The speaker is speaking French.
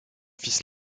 fils